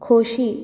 खोशी